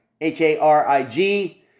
H-A-R-I-G